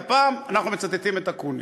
הפעם אנחנו מצטטים את אקוניס.